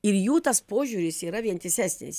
ir jų tas požiūris yra vientisesnis